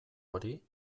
hori